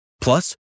Plus